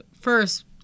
First